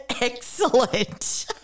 Excellent